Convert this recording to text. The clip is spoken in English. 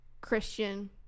Christian